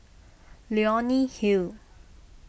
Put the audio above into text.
Leonie Hill